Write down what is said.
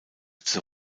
zur